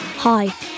Hi